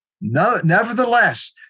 Nevertheless